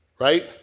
right